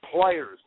players